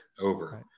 over